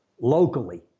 locally